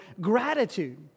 gratitude